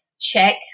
check